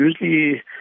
usually